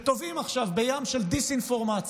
שטובעים עכשיו ביום של דיסאינפורמציה,